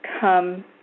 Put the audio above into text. come